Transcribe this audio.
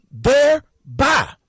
thereby